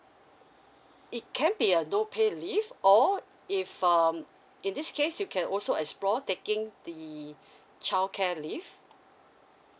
it can be a no pay leave or if um in this case you can also explore taking the childcare leave